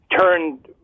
turned